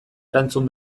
erantzun